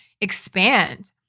expand